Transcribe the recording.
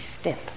step